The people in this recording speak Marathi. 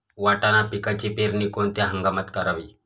वाटाणा पिकाची पेरणी कोणत्या हंगामात करावी?